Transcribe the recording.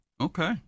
Okay